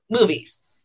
movies